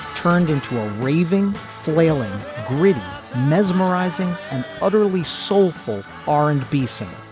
turned into a raving flailing greedy mesmerizing and utterly soulful r and b singer